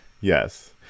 yes